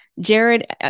Jared